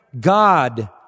God